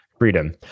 Freedom